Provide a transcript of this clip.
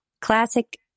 Classic